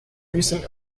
recent